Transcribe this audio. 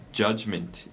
judgment